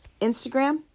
Instagram